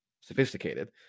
sophisticated